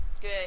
Good